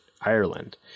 Ireland